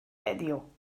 heddiw